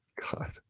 God